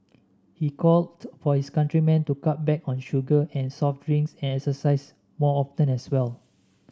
he called for his countrymen to cut back on sugar and soft drinks and exercise more often as well